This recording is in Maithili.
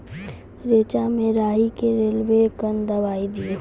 रेचा मे राही के रेलवे कन दवाई दीय?